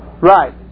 Right